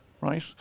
right